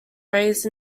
raised